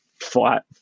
flat